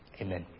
Amen